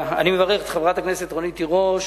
אני מברך את חברת הכנסת רונית תירוש